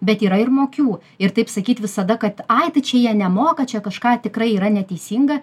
bet yra ir mokių ir taip sakyt visada kad ai tai čia jie nemoka čia kažką tikrai yra neteisinga